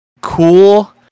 cool